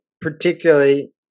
particularly